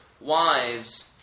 wives